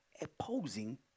opposing